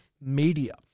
media